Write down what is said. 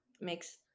makes